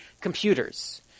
computers